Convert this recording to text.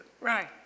Right